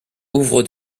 ouvre